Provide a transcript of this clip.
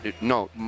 No